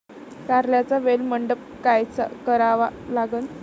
कारल्याचा वेल मंडप कायचा करावा लागन?